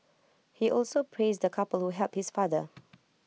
he also praised the couple helped his father